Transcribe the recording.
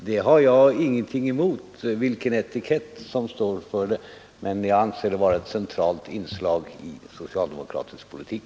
Jag har ingenting emot vilken etikett som används för detta, men jag anser det vara ett centralt inslag i socialdemokratisk politik.